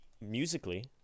musically